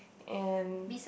and